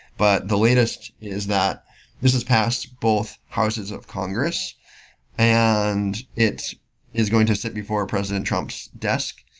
but the latest is that this has passed both houses of congress and it is going to sit before our president trump's desk.